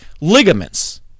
ligaments